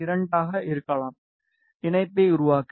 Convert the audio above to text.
2 ஆக இருக்கலாம் இணைப்பை உருவாக்க